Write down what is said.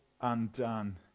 undone